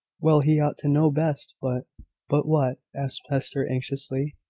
well, he ought to know best but but what? asked hester, anxiously.